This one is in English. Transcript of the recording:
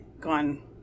gone